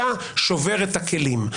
אתה שובר את הכלים.